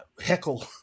heckle